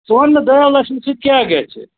ژٕ وَن مےٚ دَہو لَچھو سۭتۍ کیٛاہ گژھِ